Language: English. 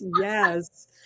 yes